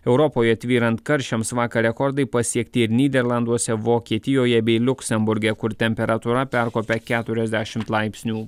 europoje tvyrant karščiams vakar rekordai pasiekti ir nyderlanduose vokietijoje bei liuksemburge kur temperatūra perkopė keturiasdešimt laipsnių